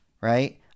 right